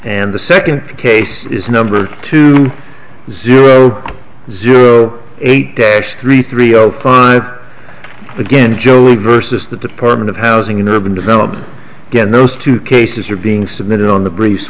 and the second case is number two zero zero eight dash three three zero five again joey versus the department of housing and urban development again those two cases are being submitted on the briefs